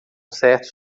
certos